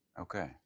Okay